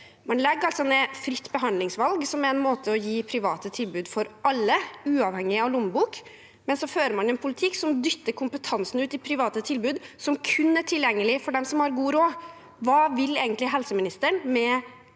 Man legger altså ned fritt behandlingsvalg, som er en måte å gi private tilbud for alle på, uavhengig av lommebok, men så fører man en politikk som dytter kompetansen ut i private tilbud som kun er tilgjengelige for dem som har god råd. Hva vil egentlig helseministeren med